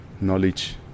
knowledge